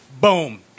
boom